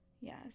Yes